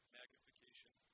magnification